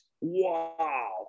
Wow